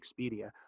Expedia